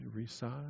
Resize